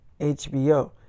HBO